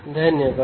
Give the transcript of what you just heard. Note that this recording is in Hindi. धन्यवाद